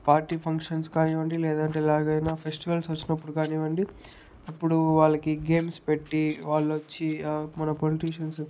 party functions కానివ్వండి లేదంటే ఇలా ఏదైనా ఫెస్టివల్స్ వచ్చినప్పుడు కానివ్వండి అప్పుడు వాళ్ళకి గేమ్స్ పెట్టి వాళ్ళు వచ్చి మన పొలిటిషన్స్